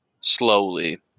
slowly